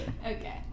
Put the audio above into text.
Okay